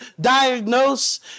diagnose